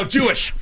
Jewish